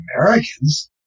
Americans